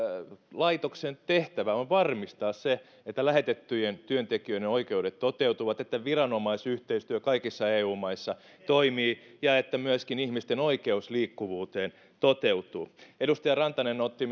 laitoksen tehtävä on varmistaa se että lähetettyjen työntekijöiden oikeudet toteutuvat että viranomaisyhteistyö kaikissa eu maissa toimii ja että myöskin ihmisten oikeus liikkuvuuteen toteutuu edustaja rantanen otti